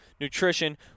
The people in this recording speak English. nutrition